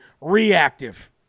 reactive